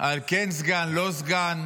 על כן סגן, לא סגן.